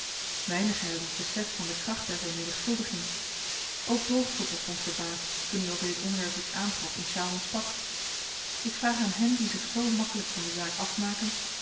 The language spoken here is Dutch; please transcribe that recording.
weinigen hebben besef van de kracht der vermenigvuldiging ook droogstoppel stond verbaasd toen i over dit onderwerp iets aantrof in sjaalman's pak ik vraag aan hen die zich zoo makkelyk van de zaak afmaken